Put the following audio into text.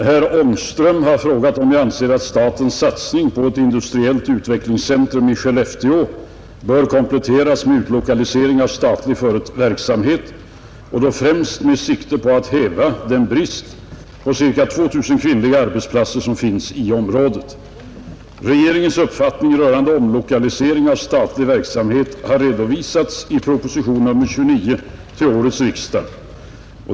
Herr talman! Herr Ångström har frågat om jag anser att statens satsning på ett industriellt utvecklingscentrum i Skellefteå bör kompletteras med utlokalisering av statlig verksamhet och då främst med sikte på att häva den brist på ca 2000 kvinnliga arbetsplatser som finns i området. Regeringens uppfattning rörande omlokalisering av statlig verksamhet har redovisats i proposition nr 29 till årets riksdag.